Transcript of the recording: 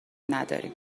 نداریم